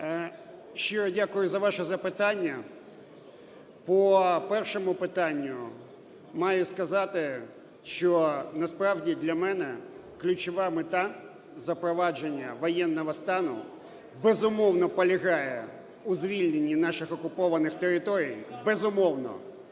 Щиро дякую за ваше запитання. По першому питанню маю сказати, що насправді для мене ключова мета запровадження воєнного стану, безумовно, полягає у звільненні наших окупованих територій, безумовно.